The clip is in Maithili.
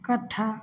कट्ठा